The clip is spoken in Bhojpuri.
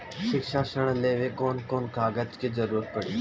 शिक्षा ऋण लेवेला कौन कौन कागज के जरुरत पड़ी?